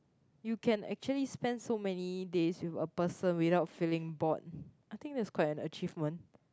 you can actually spend so many days with a person without feeling bored I think that's quite an achievement